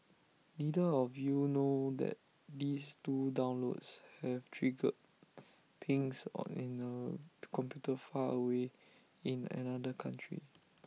neither of you know that these two downloads have triggered pings in A computer far away in another country